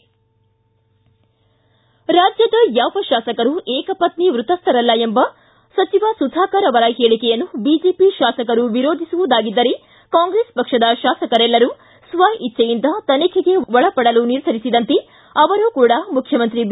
ರಾಜ್ಯದ ಯಾವ ಶಾಸಕರೂ ಏಕಪತ್ನಿವೃತಸ್ಥರಲ್ಲ ಎಂಬ ಸಚಿವ ಸುಧಾಕರ್ ಅವರ ಹೇಳಕೆಯನ್ನು ಬಿಜೆಪಿ ಶಾಸಕರು ವಿರೋಧಿಸುವುದಾಗಿದ್ದರೆ ಕಾಂಗ್ರೆಸ್ ಪಕ್ಷದ ಶಾಸಕರೆಲ್ಲರೂ ಸ್ವಯಿಚ್ಡೆಯಿಂದ ತನಿಖೆಗೆ ಒಳಪಡಲು ನಿರ್ಧರಿಸಿದಂತೆ ಅವರೂ ಕೂಡಾ ಮುಖ್ಯಮಂತ್ರಿ ಬಿ